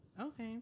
Okay